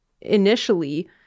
initially